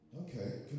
Okay